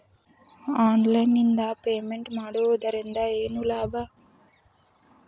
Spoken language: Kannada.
ಆನ್ಲೈನ್ ನಿಂದ ಪೇಮೆಂಟ್ ಮಾಡುವುದರಿಂದ ಏನು ಲಾಭ?